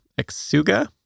exuga